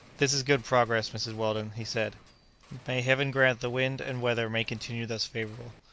this is good progress, mrs. weldon, he said may heaven grant the wind and weather may continue thus favourable!